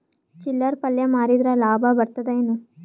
ಚಿಲ್ಲರ್ ಪಲ್ಯ ಮಾರಿದ್ರ ಲಾಭ ಬರತದ ಏನು?